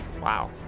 wow